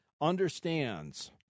understands